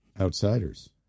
Outsiders